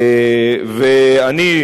ואני,